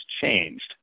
changed